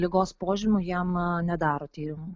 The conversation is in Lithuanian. ligos požymių jam nedaro tyrimų